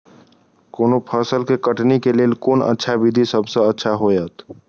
कोनो फसल के कटनी के लेल कोन अच्छा विधि सबसँ अच्छा होयत?